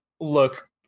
look